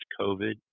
COVID